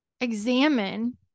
examine